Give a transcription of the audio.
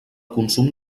consum